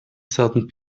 thousand